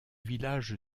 village